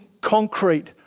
concrete